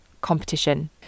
competition